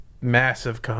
massive